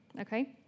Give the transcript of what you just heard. Okay